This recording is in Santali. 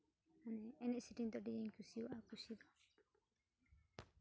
ᱢᱟᱱᱮ ᱮᱱᱮᱡ ᱥᱮᱨᱮᱧ ᱫᱚ ᱟᱹᱰᱤᱜᱤᱧ ᱠᱩᱥᱤᱣᱟᱜᱼᱟ ᱠᱩᱥᱤ ᱫᱚ